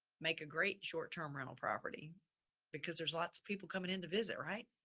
make a great short term rental property because there's lots of people coming in to visit, right.